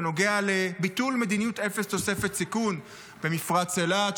בנוגע לביטול מדיניות אפס תוספת סיכון במפרץ אילת,